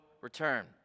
return